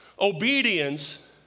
Obedience